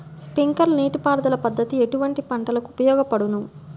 Sprinkler నీటిపారుదల పద్దతి ఎటువంటి పంటలకు ఉపయోగపడును?